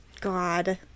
God